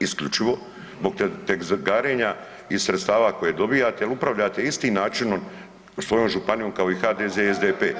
isključivo zbog tezgarenja i sredstava koje dobijate jel upravljate istim načinom svojom županijom kao i HDZ i SDP.